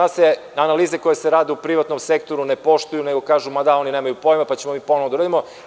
Analize koje se rade u privatnom sektoru ne poštuju, nego kažemo da oni nemaju pojma, pa ćemo mi ponovo da uradimo.